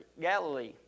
Galilee